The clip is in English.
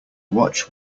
watch